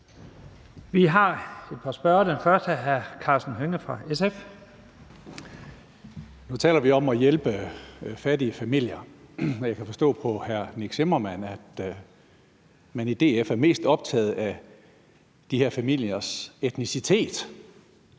Vi har et par spørgere. Den første er hr. Karsten Hønge fra SF. Kl. 15:20 Karsten Hønge (SF): Nu taler vi om at hjælpe fattige familier, og jeg kan forstå på hr. Nick Zimmermann, at man i DF er mest optaget af de her familiers etnicitet.